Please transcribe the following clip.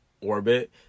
orbit